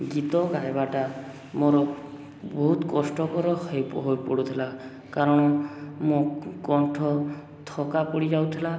ଗୀତ ଗାଇବାଟା ମୋର ବହୁତ କଷ୍ଟକର ହୋଇ ପଡ଼ୁଥିଲା କାରଣ ମୋ କଣ୍ଠ ଥକା ପଡ଼ି ଯାଉଥିଲା